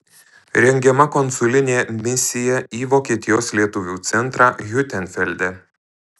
rengiama konsulinė misiją į vokietijos lietuvių centrą hiutenfelde